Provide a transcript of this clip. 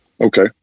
Okay